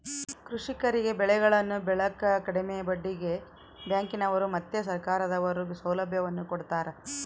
ಕೃಷಿಕರಿಗೆ ಬೆಳೆಗಳನ್ನು ಬೆಳೆಕ ಕಡಿಮೆ ಬಡ್ಡಿಗೆ ಬ್ಯಾಂಕಿನವರು ಮತ್ತೆ ಸರ್ಕಾರದವರು ಸೌಲಭ್ಯವನ್ನು ಕೊಡ್ತಾರ